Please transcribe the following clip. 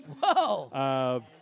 Whoa